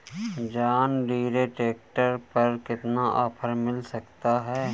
John Deere tractor पर कितना offer मिल सकता है?